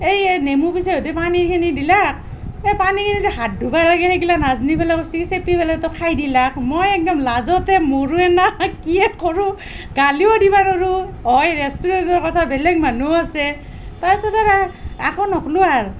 এই এই নেমু পিচে সৈতে পানীখিনি দিলাক সেই পানীৰে যে হাত ধুবা লাগে সেইগিলা নাজনি পেলাই কৈছে কি চেপি পেলাইতো খাই দিলাক মই একদম লাজতে মৰোয়ে না কিয়ে কৰোঁ গালিও দিব নোৱাৰোঁ হয় ৰেষ্টুৰেণ্টৰ কথা বেলেগ মানুহো আছে তাৰ পিছতে আৰু একো নক'লো আৰু